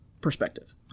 perspective